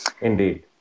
Indeed